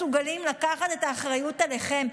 כי אתם לא מסוגלים לקחת את האחריות עליכם.